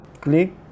click